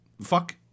fuck